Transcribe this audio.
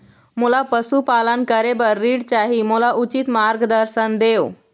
मोला पशुपालन करे बर ऋण चाही, मोला उचित मार्गदर्शन देव?